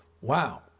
wow